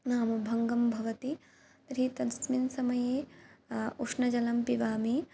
नाम भङ्गं भवति तर्हि तस्मिन् समये उष्णजलं पिबामि